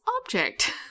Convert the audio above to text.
object